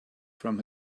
from